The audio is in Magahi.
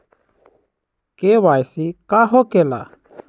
के.वाई.सी का हो के ला?